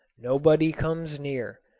nobody comes near.